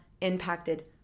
impacted